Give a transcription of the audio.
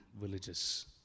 villages